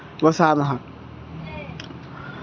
वसामः